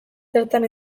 zertan